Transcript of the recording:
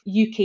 UK